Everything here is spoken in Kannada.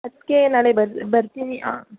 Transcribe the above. ಅದಕ್ಕೆ ನಾಳೆ ಬರ್ ಬರ್ತೀನಿ ಹಾಂ